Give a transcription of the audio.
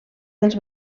dels